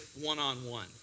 one-on-one